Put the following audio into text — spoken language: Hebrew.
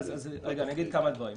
אני אגיד כמה דברים.